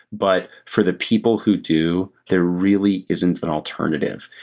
but for the people who do, there really isn't an alternative.